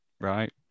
Right